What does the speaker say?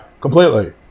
completely